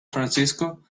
francisco